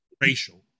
racial